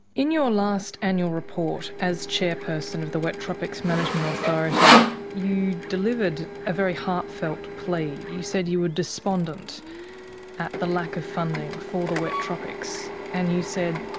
in your last annual report as chairperson of the wet tropics management authority you delivered a very heartfelt plea. you said you were despondent at the lack of funding for the wet tropics and you said,